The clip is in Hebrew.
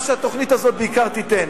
מה שהתוכנית הזאת בעיקר תיתן,